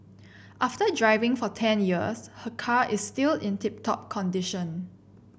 after driving for ten years her car is still in tip top condition